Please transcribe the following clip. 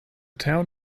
town